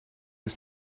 ist